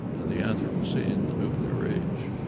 the anthropocene, the nuclear age.